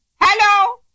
Hello